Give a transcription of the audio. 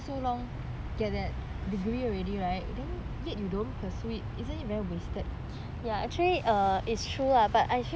so long get that degree already right then yet you don't pursue it isn't it very wasted